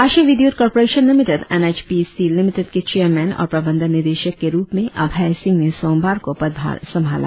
राष्ट्रीय Vidyut corporation limited N H P C limited के chairman और प्रंबंधन निदेशक के रुप में अभेय सिंह ने सोमवार को पदभाग संभाला